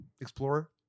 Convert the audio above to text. Explorer